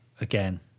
again